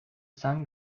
sun